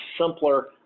simpler